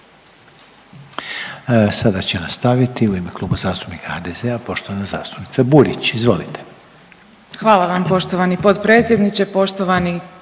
Sada će nastaviti u ime Kluba zastupnika HDZ-a poštovana zastupnica Burić. Izvolite. **Burić, Majda (HDZ)** Hvala vam poštovani potpredsjedniče, poštovani